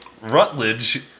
Rutledge